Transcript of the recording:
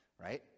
Right